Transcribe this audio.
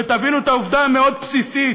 ותבינו את העובדה המאוד-בסיסית,